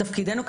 תפקידנו,